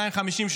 250,